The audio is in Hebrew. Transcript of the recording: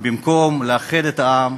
במקום לאחד את העם,